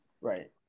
Right